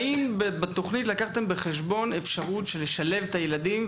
האם בתוכנית לקחתם בחשבון אפשרות של לשלב את הילדים,